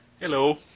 Hello